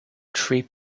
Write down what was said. three